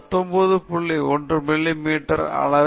நீங்கள் பத்தொன்பது புள்ளிகளை எழுதுகிறீர்கள் என்றால்